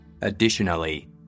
Additionally